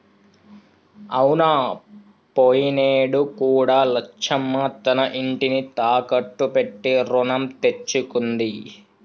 అవునా పోయినేడు కూడా లచ్చమ్మ తన ఇంటిని తాకట్టు పెట్టి రుణం తెచ్చుకుంది